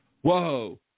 whoa